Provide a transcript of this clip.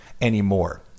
Anymore